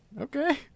okay